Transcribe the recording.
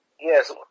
Yes